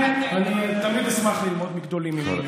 אני תמיד אשמח ללמוד מגדולים ממני.